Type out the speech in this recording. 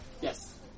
Yes